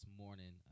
morning